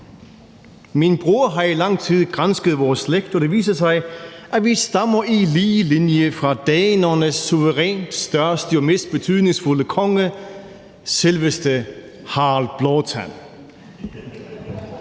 Min bror har i lang tid gransket vores slægt, og det viser sig, at vi stammer i lige linje fra danernes suverænt største og jo mest betydningsfulde konge, selveste Harald Blåtand.